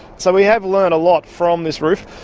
so we have learnt a lot from this roof.